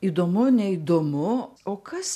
įdomu neįdomu o kas